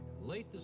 Late